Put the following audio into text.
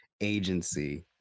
agency